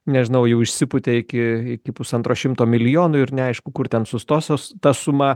nežinau jau išsipūtė iki iki pusantro šimto milijonų ir neaišku kur ten sustos tą sumą